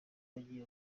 wagiye